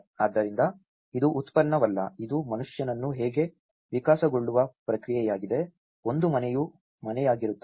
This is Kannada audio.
ಆದ್ದರಿಂದ ಇದು ಉತ್ಪನ್ನವಲ್ಲ ಇದು ಮನುಷ್ಯನು ಹೇಗೆ ವಿಕಸನಗೊಳ್ಳುವ ಪ್ರಕ್ರಿಯೆಯಾಗಿದೆ ಒಂದು ಮನೆಯು ಮನೆಯಾಗಿರುತ್ತದೆ